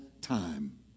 time